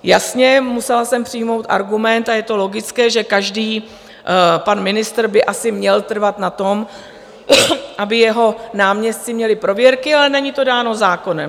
Jasně, musela jsem přijmout argument, a je to logické, že každý pan ministr by asi měl trvat na tom, aby jeho náměstci měli prověrky, ale není to dáno zákonem.